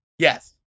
Yes